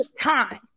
Time